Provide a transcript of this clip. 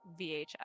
VHS